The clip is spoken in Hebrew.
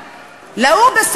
ההוא,